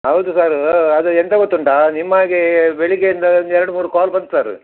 ಹೌದು ಸರ್ ಅದು ಎಂತ ಗೊತ್ತುಂಟ ನಿಮ್ಮ ಹಾಗೆ ಬೆಳಗ್ಗೆಯಿಂದ ಒಂದು ಎರಡು ಮೂರು ಕಾಲು ಬಂತು ಸರ್